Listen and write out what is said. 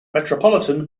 metropolitan